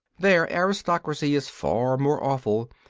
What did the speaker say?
there aristocracy is far more awful,